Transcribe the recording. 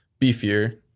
beefier